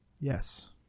Yes